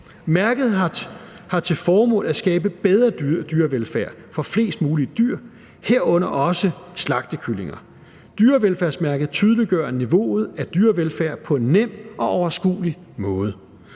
Mærket har til formål at skabe bedre dyrevelfærd for flest mulige dyr, herunder også slagtekyllinger. Dyrevelfærdsmærket tydeliggør niveauet af dyrevelfærd på en nem og overskuelig måde.